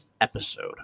episode